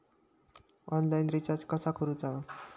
Online recharge कसा करूचा?